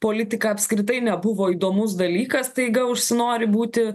politika apskritai nebuvo įdomus dalykas staiga užsinori būti